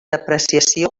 depreciació